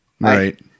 right